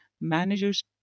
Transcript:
managers